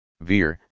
Veer